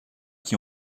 qui